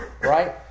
Right